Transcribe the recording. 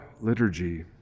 liturgy